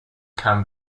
can